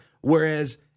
Whereas